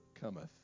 cometh